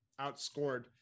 outscored